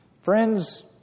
Friends